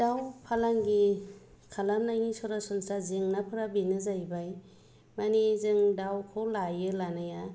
दाउ फालांगि खालामनायनि सरासनस्रा जेंनाफोरा बेनो जाहैबाय माने जों दाउखौ लायो लानाया